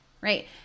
right